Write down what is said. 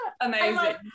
Amazing